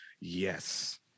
yes